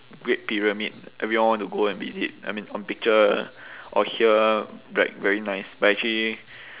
great pyramid everyone want to go and visit I mean on picture or hear like very nice but actually